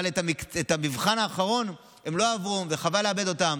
אבל את המבחן האחרון הם לא עברו, וחבל לאבד אותם.